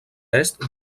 est